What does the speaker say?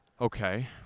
Okay